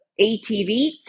ATV